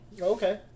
Okay